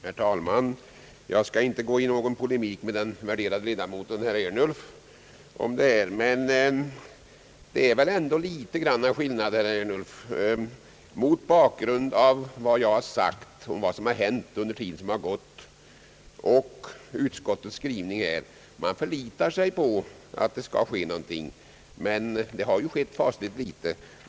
Herr talman! Jag skall inte gå in i någon polemik med den värderade ledamoten herr Ernulf, men det är väl ändå litet skillnad på utskottets skrivning och vad jag har sagt, mot bakgrund av vad som har hänt under den tid som förflutit. Utskottet förlitar sig på att det skall ske någonting, men det har ju skett fasligt litet.